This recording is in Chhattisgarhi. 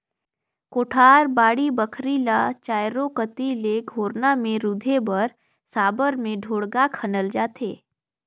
कोठार, बाड़ी बखरी ल चाएरो कती ले घोरना मे रूधे बर साबर मे ढोड़गा खनल जाथे